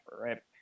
right